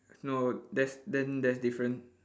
no that's then that's different